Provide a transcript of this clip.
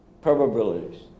probabilities